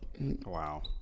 Wow